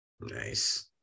Nice